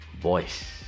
voice